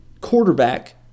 quarterback